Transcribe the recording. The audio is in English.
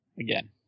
again